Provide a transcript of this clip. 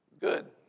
Good